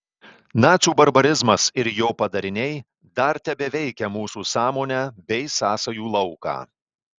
nacių barbarizmas ir jo padariniai dar tebeveikia mūsų sąmonę bei sąsajų lauką